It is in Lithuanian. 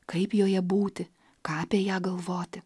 kaip joje būti ką apie ją galvoti